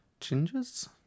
gingers